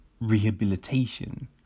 rehabilitation